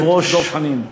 וחבר הכנסת דב חנין.